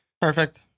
Perfect